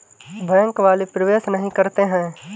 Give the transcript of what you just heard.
Bank वाले प्रवेश नहीं करते हैं?